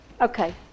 Okay